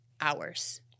hours